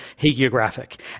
hagiographic